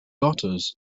daughters